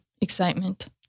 excitement